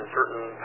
certain